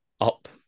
up